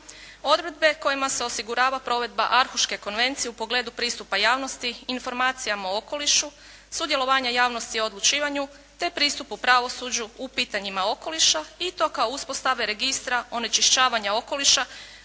odredbe kojima se osigurava provedba Arhuške konvencije u pogledu pristupa javnosti, informacijama o okolišu, sudjelovanja javnosti u odlučivanju, te pristupu pravosuđu u pitanjima okoliša i to kao uspostave registra onečišćavanja okoliša